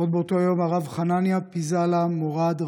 עוד באותו היום הרב חנניה פיזאלה מורד-רבניאן,